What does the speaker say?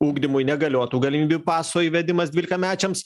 ugdymui negaliotų galimybių paso įvedimas dvylikamečiams